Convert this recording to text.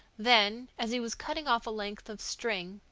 then, as he was cutting off a length of string,